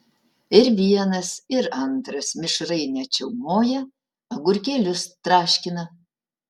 ir vienas ir antras mišrainę čiaumoja agurkėlius traškina